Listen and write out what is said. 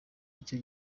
icyo